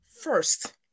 first